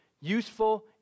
useful